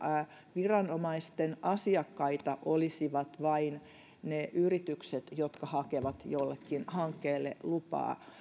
viranomaisten asiakkaita olisivat vain ne yritykset jotka hakevat jollekin hankkeelle lupaa